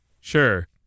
Sure